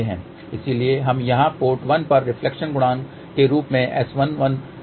इसलिए हम यहाँ पोर्ट 1 पर रिफ्लेक्शन गुणांक के रूप में S11 लिख सकते हैं